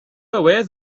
away